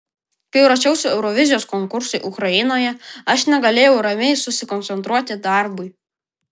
kai ruošiausi eurovizijos konkursui ukrainoje aš negalėjau ramiai susikoncentruoti darbui